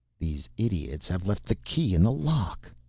these idiots have left the key in the lock.